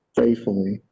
faithfully